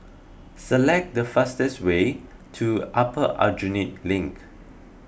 select the fastest way to Upper Aljunied Link